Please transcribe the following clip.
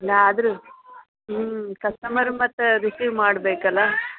ಇಲ್ಲ ಆದ್ರು ಹ್ಞೂ ಕಸ್ಟಮರು ಮತ್ತು ರಿಸೀವ್ ಮಾಡ್ಬೇಕು ಅಲ್ಲ